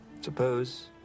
Suppose